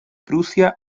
prusia